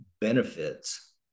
benefits